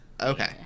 Okay